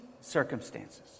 circumstances